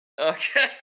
Okay